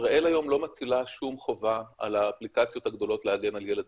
ישראל היום לא מחילה שום חובה על האפליקציות הגדולות להגן על ילדים.